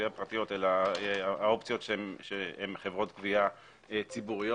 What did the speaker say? פרטיות אלה האופציות הן של חברות גבייה ציבוריות.